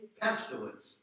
pestilence